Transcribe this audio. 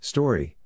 Story